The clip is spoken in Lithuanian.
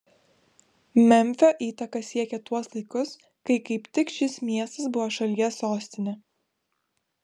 memfio įtaka siekė tuos laikus kai kaip tik šis miestas buvo šalies sostinė